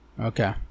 Okay